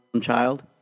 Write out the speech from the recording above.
child